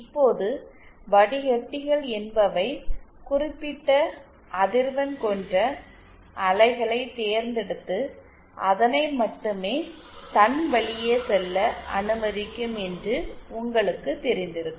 இப்போது வடிக்கட்டிகள் என்பவை குறிப்பிட்ட அதிர்வெண் கொண்ட அலைகளை தேர்ந்தெடுத்து அதனை மட்டுமே தன் வழியே செல்ல அனுமதிக்கும் என்று உங்களுக்கு தெரிந்திருக்கும்